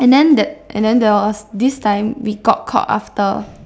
and then that and then there was this time we got caught after